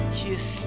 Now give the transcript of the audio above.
kiss